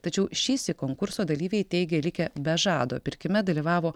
tačiau šįsyk konkurso dalyviai teigė likę be žado pirkime dalyvavo